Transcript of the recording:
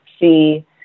see